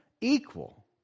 equal